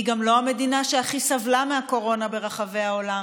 היא גם לא המדינה שהכי סבלה מהקורונה ברחבי העולם.